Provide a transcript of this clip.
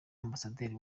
ambasaderi